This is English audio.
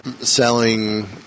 selling